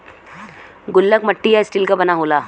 गुल्लक मट्टी या स्टील क बना होला